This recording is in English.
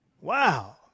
Wow